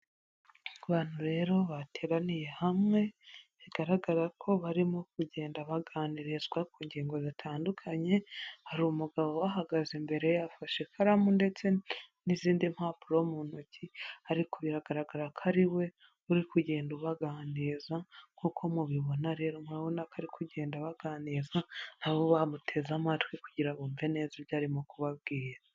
Ku bantu rero bateraniye hamwe bigaragara ko barimo kugenda baganirizwa ku ngingo zitandukanye, hari umugabo ubahagaze imbere afashe ikaramu ndetse n'izindi mpapuro mu ntoki. Ariko biragaragara ko ariwe uri kugenda ubaganiriza, nkuko mubibona rero nkabona ko ari kugenda baganiriza. Nabo bamuteze amatwi kugira bumve neza ibyo arimo kubabwira.